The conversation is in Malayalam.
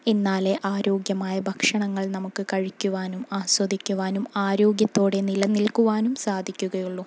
എന്നാലേ ആരോഗ്യമായ ഭക്ഷണങ്ങൾ നമുക്ക് കഴിക്കുവാനും ആസ്വദിക്കുവാനും ആരോഗ്യത്തോടെ നിലനിൽക്കുവാനും സാധിക്കുകയുള്ളൂ